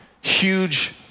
huge